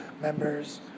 members